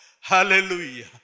Hallelujah